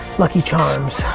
lucky charms,